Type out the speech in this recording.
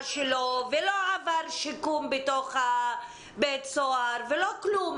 שלו ולא עבר שיקום בתוך בית הסוהר ולא כלום.